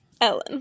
Ellen